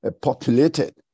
populated